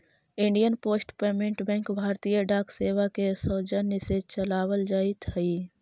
Indian Post Payment Bank भारतीय डाक सेवा के सौजन्य से चलावल जाइत हइ